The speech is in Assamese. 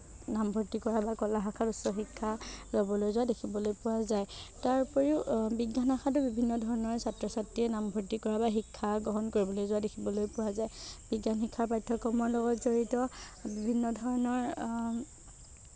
নামভৰ্তি কৰা বা কলা শাখাত উচ্চ শিক্ষা ল'বলৈ যোৱা দেখিবলৈ পোৱা যায় তাৰোপৰিও বিজ্ঞান শাখাতো বিভিন্ন ধৰণৰ ছাত্ৰ ছাত্ৰীয়ে নামভৰ্তি কৰা বা শিক্ষা গ্ৰহণ কৰিবলৈ যোৱা দেখিবলৈ পোৱা যায় বিজ্ঞান শিক্ষাৰ পাঠ্য়ক্ৰমৰ লগত জড়িত বিভিন্ন ধৰণৰ